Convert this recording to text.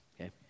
okay